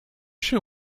się